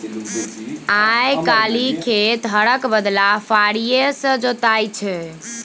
आइ काल्हि खेत हरक बदला फारीए सँ जोताइ छै